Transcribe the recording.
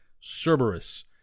Cerberus